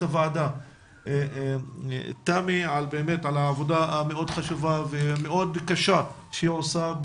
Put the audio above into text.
הוועדה תמי על העבודה המאוד חשובה ומאוד קשה שהיא עושה,